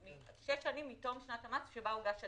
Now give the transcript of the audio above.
שש שנים מתום שנת המס, שבה הוגש הדוח.